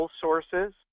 sources